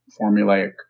formulaic